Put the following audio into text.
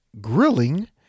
grilling